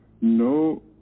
No